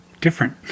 different